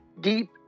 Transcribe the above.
deep